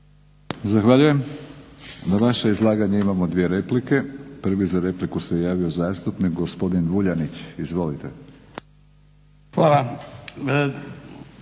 Zahvaljujem. Na vaše izlaganje imamo dvije replike. Prvi za repliku se javio zastupnik gospodin Vuljanić. Izvolite.